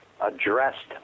addressed